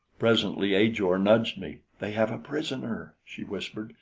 presently ajor nudged me. they have a prisoner, she whispered.